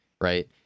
right